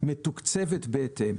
ומתוקצבת בהתאם.